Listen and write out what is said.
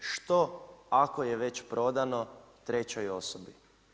Što ako je već prodano trećoj osobi?